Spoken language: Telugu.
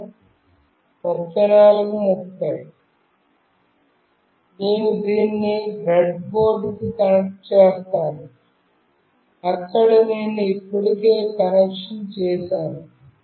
నేను దీన్ని బ్రెడ్బోర్డ్కు కనెక్ట్ చేస్తాను అక్కడ నేను ఇప్పటికే కనెక్షన్ చేసాను